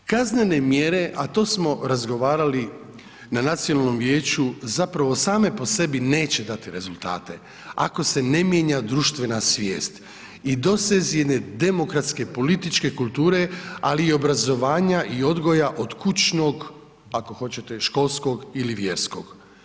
Kaznene mjere, a to smo razgovarali na Nacionalnom vijeću, zapravo same po sebi neće dati rezultate, ako se ne mijenja društvena svijest i dosezi demokratske političke kulture, ali i obrazovanja i odgoja od kućnog, ako hoćete školskog ili vjerskog.